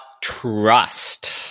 trust